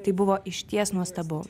tai buvo išties nuostabu